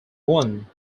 won